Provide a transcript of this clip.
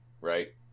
right